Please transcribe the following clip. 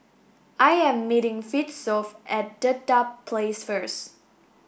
I am meeting Fitzhugh at Dedap Place first